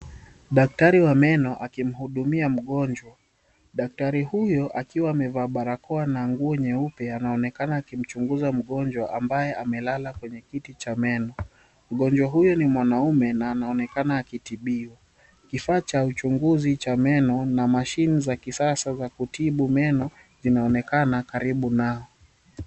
Daktari wa meno akimhudumia mgonjwa daktari huyo akiwa amevalia barakoa na nguo nyeupe anaonekana akimchunguza mgonjwa ambaye amelala kwenye kiti cha meno, mgonjwa huyo ni mwanaume na anaonekana akitibiwa, kifaa cha uchunguzi cha meno na mashine za kisasa za kutibu meno zinaonekana karibu nao